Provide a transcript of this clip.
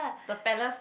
the Palace